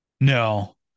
No